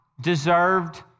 deserved